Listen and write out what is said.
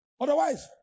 Otherwise